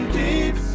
deep